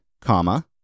comma